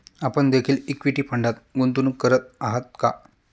आपण देखील इक्विटी फंडात गुंतवणूक करत आहात का?